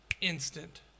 instant